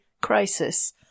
Crisis